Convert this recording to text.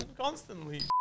constantly